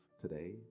today